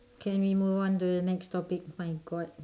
can we move on to the next topic my god